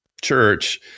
church